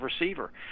receiver